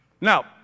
Now